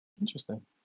Interesting